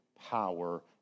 power